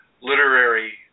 literary